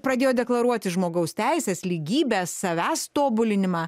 pradėjo deklaruoti žmogaus teises lygybę savęs tobulinimą